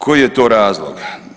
Koji je to razlog?